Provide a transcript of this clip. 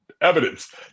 evidence